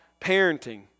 parenting